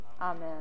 Amen